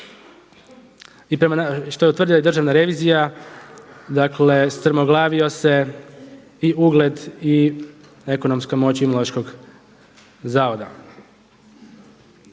i što je utvrdila i državna revizija, dakle strmoglavio se i ugled i ekonomska moć Imunološkog zavoda.